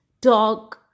dog